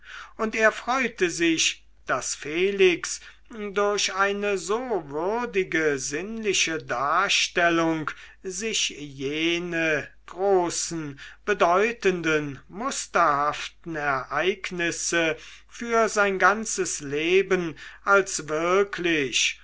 und er freute sich daß felix durch eine so würdige sinnliche darstellung sich jene großen bedeutenden musterhaften ereignisse für sein ganzes leben als wirklich